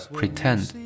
Pretend